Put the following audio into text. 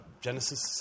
Genesis